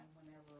whenever